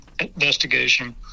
investigation